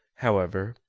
however,